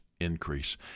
increase